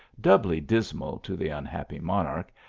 doubly dismal to the unhappy monarch,